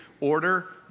order